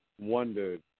wondered